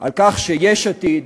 על כך שיש עתיד